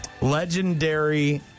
Legendary